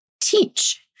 teach